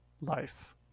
life